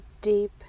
deep